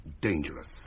dangerous